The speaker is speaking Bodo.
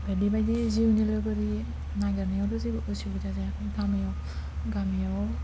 बायदि बायदि जिउनि लोगोरि नागिरनायावथ' जेबो उसुबिदा जायाखैमोन गामियाव गामियाव